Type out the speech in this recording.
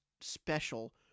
special